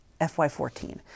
FY14